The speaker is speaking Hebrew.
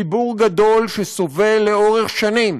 ציבור גדול שסובל לאורך שנים